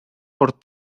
por